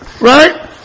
right